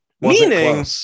Meaning